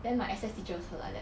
then my S_S teachers also like that